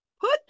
Put